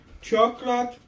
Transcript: chocolate